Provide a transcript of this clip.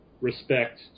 respect